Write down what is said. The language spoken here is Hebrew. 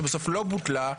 שבסוף בוטלה,